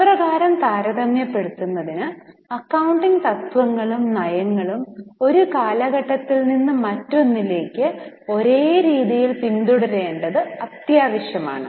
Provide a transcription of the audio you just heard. ഇപ്രകാരം താരതമ്യപ്പെടുത്തുന്നതിന് അകൌണ്ടിങ് തത്വങ്ങളും നയങ്ങളും ഒരു കാലഘട്ടത്തിൽ നിന്ന് മറ്റൊന്നിലേക്ക് ഒരേ രീതിയിൽ പിന്തുടരേണ്ടത് ആവശ്യമാണ്